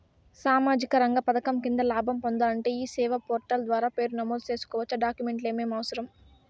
సామాజిక రంగ పథకం కింద లాభం పొందాలంటే ఈ సేవా పోర్టల్ ద్వారా పేరు నమోదు సేసుకోవచ్చా? డాక్యుమెంట్లు ఏమేమి అవసరం?